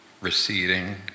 receding